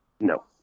No